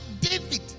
David